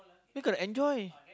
you got enjoy